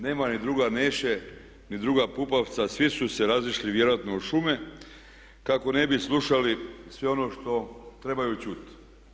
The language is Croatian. Nema ni druga Meše, ni druga Pupovca, svi su se razišli vjerojatno u šume kako ne bi slušali sve ono što trebaju čuti.